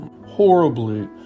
horribly